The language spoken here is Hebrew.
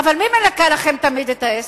אבל מי מנקה לכם תמיד את העסק?